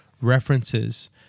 references